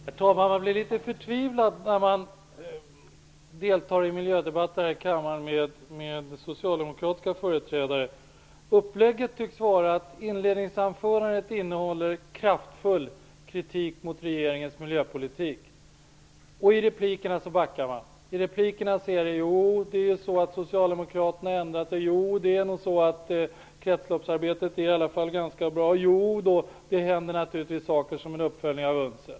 Herr talman! Man blir litet förtvivlad när man deltar i miljödebatterna här i kammaren med socialdemokratiska företrädare. Uppläggningen tycks vara att inledningsanförandet skall innehålla kraftfull kritik mot regeringens miljöpolitik. Men i replikerna backar man. Då har Socialdemokraterna ändrat sig och tycker att kretsloppsarbetet nog är ganska bra och att det naturligtvis händer saker som en uppföljning av UNCED.